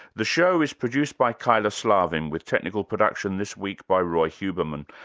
the show is produced by kyla slaven, with technical production this week by roi huberman,